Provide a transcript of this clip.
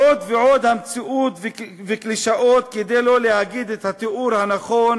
עוד ועוד המצאות וקלישאות כדי שלא להגיד את התיאור הנכון